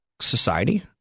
society